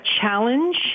challenge